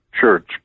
church